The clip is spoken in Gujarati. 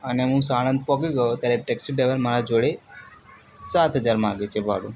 અને હું સાણંદ પહોંચી ગયો ત્યારે ટેક્સી ડ્રાઈવર મારા જોડે સાત હજાર માગે છે ભાડું